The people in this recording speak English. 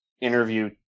interview